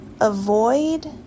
avoid